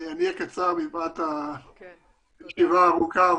אני אהיה קצר מפאת הישיבה הארוכה,